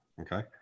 Okay